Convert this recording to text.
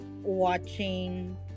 watching